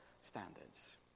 standards